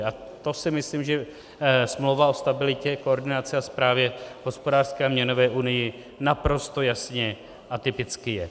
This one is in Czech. A to si myslím, že Smlouva o stabilitě, koordinaci a správě v hospodářské a měnové unii naprosto jasně a typicky je.